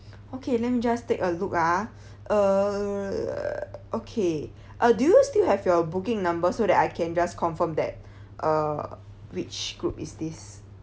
okay let me just take a look ah uh okay uh do you still have your booking number so that I can just confirm that uh which group is this